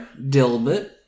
Dilbert